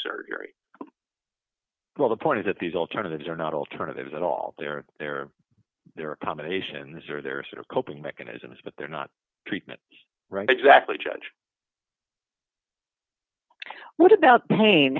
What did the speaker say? surgery well the point is that these alternatives are not alternatives at all they're there they're accommodations are there sort of coping mechanisms but they're not treatment right exactly judge what about pain